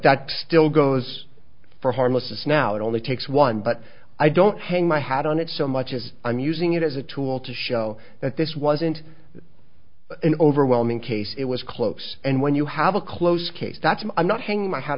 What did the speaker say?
that still goes for harmlessness now it only takes one but i don't hang my hat on it so much as i'm using it as a tool to show that this wasn't an overwhelming case it was close and when you have a close case that's i'm not hang my hat